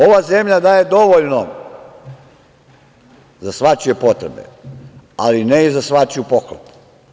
Ova zemlja daje dovoljno za svačije potrebe, ali ne i za svačiju pohlepu.